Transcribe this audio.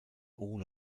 all